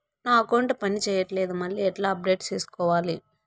నా అకౌంట్ పని చేయట్లేదు మళ్ళీ ఎట్లా అప్డేట్ సేసుకోవాలి?